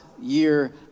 year